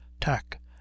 tack